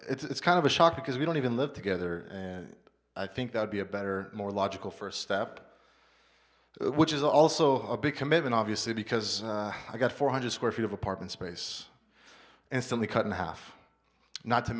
and it's kind of a shock because we don't even live together and i think that would be a better more logical first step which is also a big commitment obviously because i got four hundred square feet of apartment space instantly cut in half not to